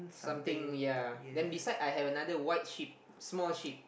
something yea then beside I have another white sheep small sheep